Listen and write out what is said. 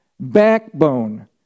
backbone